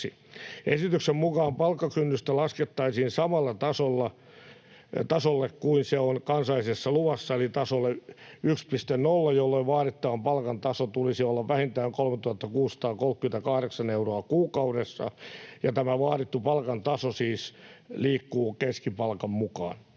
Esityksen mukaan palkkakynnystä laskettaisiin samalle tasolle kuin se on kansallisessa luvassa eli tasolle 1,0, jolloin vaadittavan palkan tason tulisi olla vähintään 3 638 euroa kuukaudessa, ja tämä vaadittu palkan taso siis liikkuu keskipalkan mukaan.